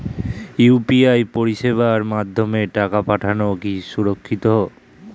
UPI পরিষেবার মাধ্যমে টাকা পাঠানো কি সুরক্ষিত?